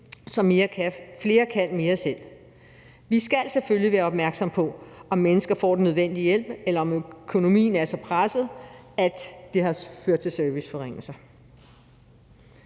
så flere kan mere selv. Vi skal selvfølgelig være opmærksomme på, om mennesker får den nødvendige hjælp, eller om økonomien er så presset, at det har ført til serviceforringelser.